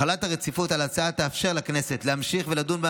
החלת הרציפות על ההצעה תאפשר לכנסת להמשיך ולדון בה